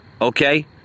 Okay